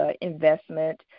investment